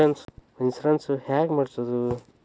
Insurance ಹೇಗೆ ಮಾಡಿಸುವುದು?